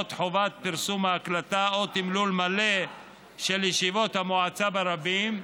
לרבות חובת פרסום ההקלטה או תמלול מלא של ישיבות המועצה ברבים,